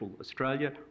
Australia